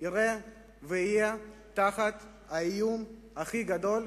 יהיה תחת האיום הכי גדול